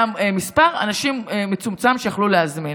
היה מספר אנשים מצומצם שיכלו להזמין.